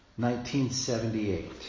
1978